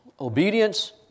obedience